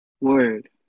word